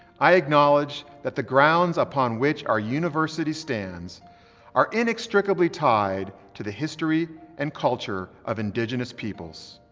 i acknowledge that the grounds upon which our university stands are inextricably tied to the history and culture of indigenous peoples.